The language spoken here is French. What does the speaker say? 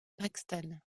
paxton